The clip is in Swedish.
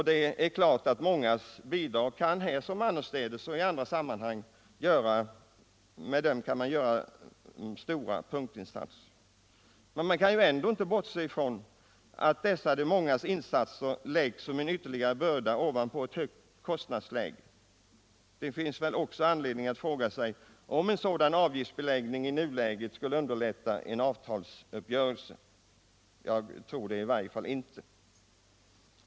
Det är klart att de mångas bidrag här som annorstädes medför att stora punktinsatser kan göras. Men man kan inte bortse ifrån att dessa de mångas insatser läggs som en ytterligare börda ovanpå ett högt kostnadsläge. Det finns väl också anledning att fråga sig om en sådan avgiftsbeläggning i nuläget skulle underlätta en avtalsuppgörelse. Jag tror det i varje fall inte.